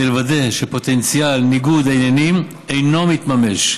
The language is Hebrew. לוודא שפוטנציאל ניגוד העניינים אינו מתממש.